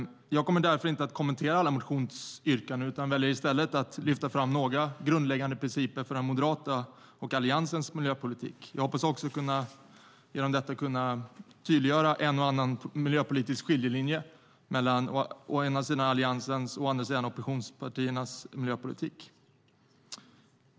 Jag kommer därför inte att kommentera alla motionsyrkanden utan väljer i stället att lyfta fram några grundläggande principer för Moderaternas och Alliansens miljöpolitik. Jag hoppas också genom detta kunna tydliggöra en och annan miljöpolitisk skiljelinje mellan Alliansens och oppositionspartiernas miljöpolitik.